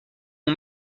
ont